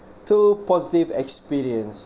two positive experience